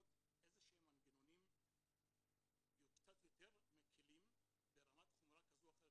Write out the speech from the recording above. איזה שהם מנגנונים קצת יותר מקלים ברמת חומרה כזו או אחרת,